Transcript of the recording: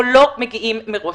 או לא מגיעים מראש.